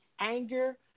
anger